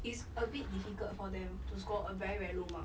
it's a bit difficult for them to score a very very low mark